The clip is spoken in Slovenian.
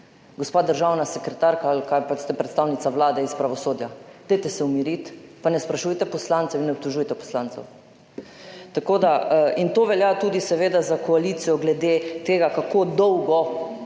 gospa državna sekretarka ali kaj, pač ste predstavnica Vlade iz pravosodja. Dajte se umiriti, pa ne sprašujte poslancev, vi ne ne obtožujte poslancev. Tako da, in to velja tudi seveda za koalicijo glede tega, kako dolgo